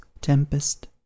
tempest